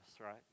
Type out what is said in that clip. right